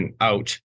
out